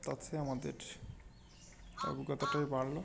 তাতে আমাদের অভিজ্ঞতাটাই বাড়ল